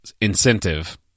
incentive